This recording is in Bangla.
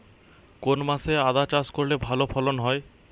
কোন মাসে আদা চাষ করলে ভালো ফলন হয়?